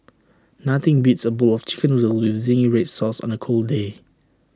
nothing beats A bowl of Chicken Noodles with Zingy Red Sauce on A cold day